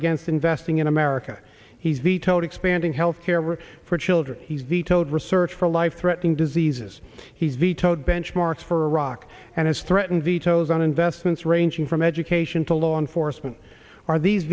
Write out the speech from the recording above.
against investing in america he's vetoed expanding health care for children he's vetoed research for life threatening diseases he's vetoed benchmarks for iraq and has threatened vetoes on investments ranging from education to law enforcement are these